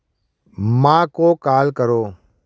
माँ को काल करो